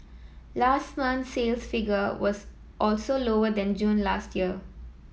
last month's sales figure was also lower than June last year